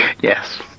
Yes